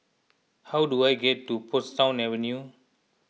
how do I get to Portsdown Avenue